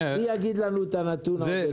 מי יגיד לנו את הנתון האובייקטיבי?